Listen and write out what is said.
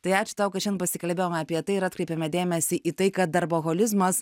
tai ačiū tau kad šiandien pasikalbėjome apie tai ir atkreipėme dėmesį į tai kad darboholizmas